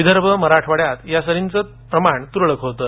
विदर्भ मराठवाड्यात यासरींचं प्रमाण तुरळक होतं